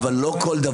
את הצרכים של הדת.